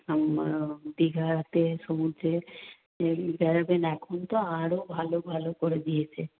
দীঘাতে সমুদ্রে বেড়াবেন এখন তো আরও ভালো ভালো করে দিয়েছে